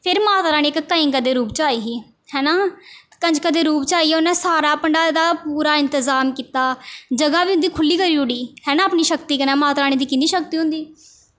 फिर माता रानी इक कंजक दे रूप च आई ही है ना ते कंजक दे रूप च आइयै उन्नै सारा भंडारे दा पूरा इंतजाम कीता जगह बी उं'दी खुल्ली करी ओड़ी है ना अपनी शक्ति कन्नै माता रानी दी किन्नी शक्ति होंदी